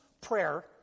prayer